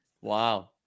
Wow